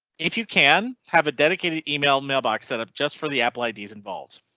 if you can have a dedicated email mailbox setup just for the apple id involved.